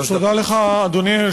אדוני, שלוש דקות.